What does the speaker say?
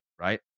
right